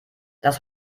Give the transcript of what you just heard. das